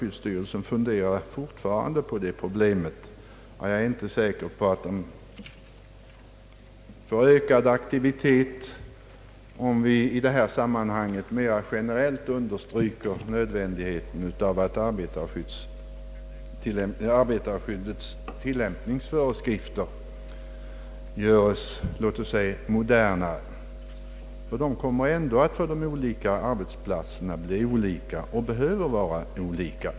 Styrelsen funderar fortfarande på det problemet. Jag är inte säker på att det får ökad aktualitet om vi i detta sammanhang mera generellt understryker nödvändigheten av att arbetarskyddets tillämpningsföreskrifter görs, låt oss säga modernare. De kommer ändå att på de olika arbetsplatserna vara olika, ty de behöver vara olika.